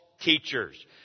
teachers